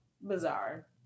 Bizarre